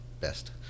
best